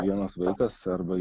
vienas vaikas arba